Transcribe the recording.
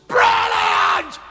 Brilliant